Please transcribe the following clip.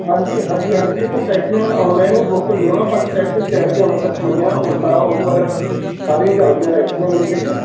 ਹਾਂਜੀ ਹਾਂਜੀ ਹਾਂਜੀ ਇੱਥੋਂ ਟੈਕਸੀਆਂ ਔਨਲਾਈਨ ਬੁੱਕ ਹੁੰਦੀਆਂ ਵਾ ਬਾਕੀ ਟੈਕਸੀ ਸਟੈਂਡ ਵੀ ਅੰਮ੍ਰਿਤਸਰ 'ਚ ਬਣੇ ਆ ਉਹਨਾਂ ਉੱਪਰ ਸਾਰੀਆਂ ਚੱਲਦੀਆਂ ਟੈਕਸੀਆਂ ਵੀ ਇੱਥੇ ਜੀ